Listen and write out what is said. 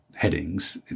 headings